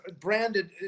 branded